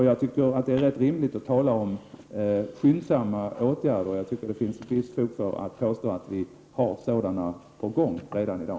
Jag tycker därför att det är rimligt att tala om skyndsamma åtgärder. Det finns ett visst fog för att påstå att vi har sådana på gång redan i dag.